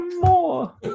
more